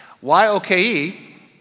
Y-O-K-E